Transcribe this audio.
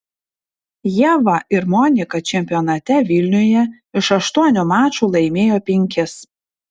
ieva ir monika čempionate vilniuje iš aštuonių mačų laimėjo penkis